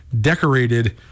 decorated